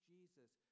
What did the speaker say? Jesus